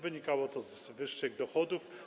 Wynikało to z wyższych dochodów.